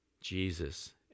Jesus